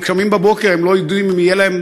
הם קמים בבוקר והם לא יודעים אם תהיה להם